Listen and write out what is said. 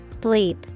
Bleep